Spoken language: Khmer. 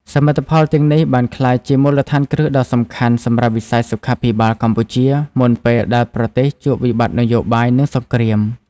សមិទ្ធផលទាំងនេះបានក្លាយជាមូលដ្ឋានគ្រឹះដ៏សំខាន់សម្រាប់វិស័យសុខាភិបាលកម្ពុជា មុនពេលដែលប្រទេសជួបវិបត្តិនយោបាយ និងសង្គ្រាម។